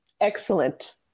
excellent